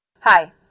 Hi